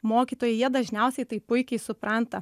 mokytojai jie dažniausiai tai puikiai supranta